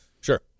Sure